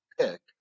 pick